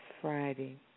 Friday